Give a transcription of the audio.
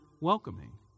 welcoming